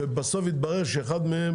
ובסוף יתברר שאחד מהם